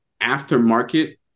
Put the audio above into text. aftermarket